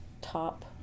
top